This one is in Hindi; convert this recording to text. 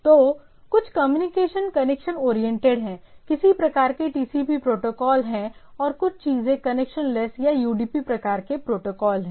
तो कुछ कम्युनिकेशन कनेक्शन ओरिएंटेड हैं किसी प्रकार के TCP प्रोटोकॉल हैं और कुछ चीजें कनेक्शन लैस या UDP प्रकार के प्रोटोकॉल हैं